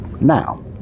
now